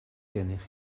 gennych